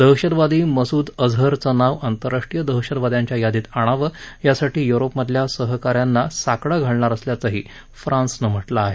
दहशतवादी मसूद अजहरचं नाव आंतरराष्ट्रीय दहशतवाद्यांच्या यादीत आणावं यासाठी युरोपमधल्या सहका यांना साकडं घालणार असल्याचंही फ्रान्सनं म्हटलं आहे